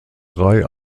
drei